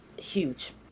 huge